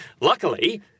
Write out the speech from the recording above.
Luckily